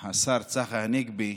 השר צחי הנגבי,